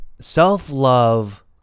self-love